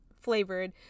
flavored